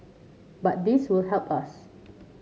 but this will help us